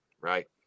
right